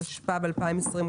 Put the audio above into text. התשפ"ב-2022.